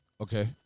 okay